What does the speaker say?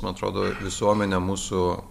man atrodo visuomenė mūsų